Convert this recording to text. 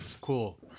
cool